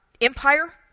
Empire